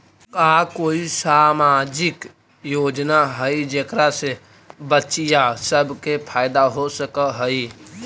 का कोई सामाजिक योजना हई जेकरा से बच्चियाँ सब के फायदा हो सक हई?